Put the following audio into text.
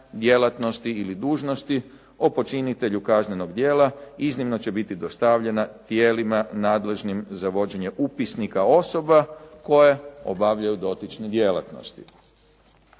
djelatnosti ili dužnosti o počinitelju kaznenog djela iznimno će biti dostavljena tijelima nadležnim za vođenje upisnika osoba koje obavljaju dotične djelatnosti.